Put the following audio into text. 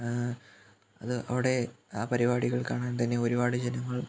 അത് അവിടെ ആ പരിപാടികൾ കാണാൻ തന്നെ ഒരുപാട് ജനങ്ങൾ